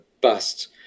bust